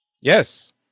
Yes